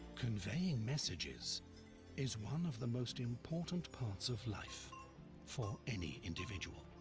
conveying messages is one of the most important parts of life for any individual.